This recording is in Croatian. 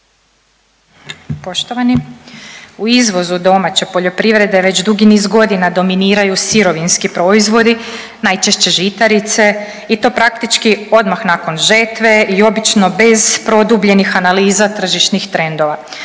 Poštovani, u izvozu domaće poljoprivrede već dugi niz godina dominiraju sirovinski proizvodi najčešće žitarice i to praktički odmah nakon žetve i obično bez produbljenih analiza tržišnih trendova.